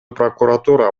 прокуратура